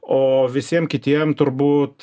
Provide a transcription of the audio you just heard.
o visiem kitiem turbūt